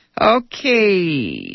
Okay